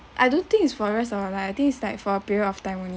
I don't think is for rest of our life I think it's like for a period of time only